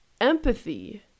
Empathy